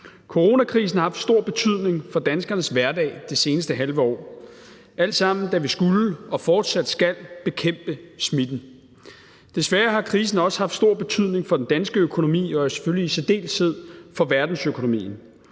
Coronakrisen har haft stor betydning for danskernes hverdag i det seneste halve år; alt sammen, fordi vi skulle vi bekæmpe smitten, og det skal vi fortsat. Desværre har krisen også haft stor betydning for den danske økonomi og selvfølgelig i særdeleshed for verdensøkonomien.